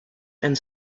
and